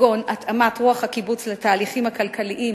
כגון התאמת רוח הקיבוץ לתהליכים הכלכליים